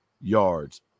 yards